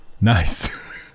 Nice